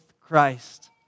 Christ